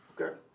Okay